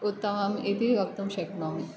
उत्तमम् इति वक्तुं शक्नोमि